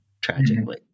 tragically